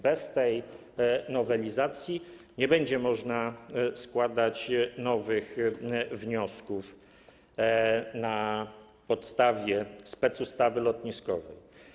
Bez tej nowelizacji nie będzie można składać nowych wniosków na podstawie specustawy lotniskowej.